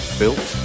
built